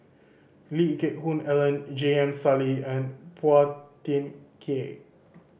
Lee Geck Hoon Ellen J M Sali and Phua Thin Kiay